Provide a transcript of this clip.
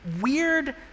weird